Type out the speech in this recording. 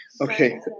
okay